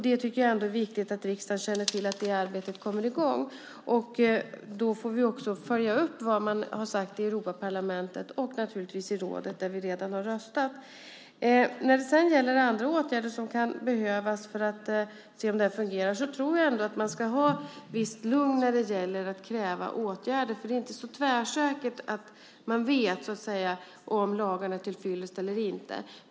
Jag tycker att det är viktigt att riksdagen känner till att det arbetet kommer i gång. Då får vi också följa upp vad man har sagt i Europaparlamentet och naturligtvis i rådet, där vi redan har röstat. Vad gäller andra åtgärder som kan behövas för att se om detta fungerar tror jag att man ska ha ett visst lugn när det gäller att kräva åtgärder. Det är nämligen inte så tvärsäkert att man vet om lagarna är tillfyllest eller inte.